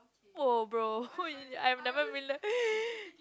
!woah! bro who I have never realise